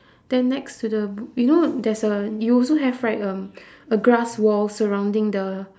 then next to the b~ you know there's a you also have right um a grass wall surrounding the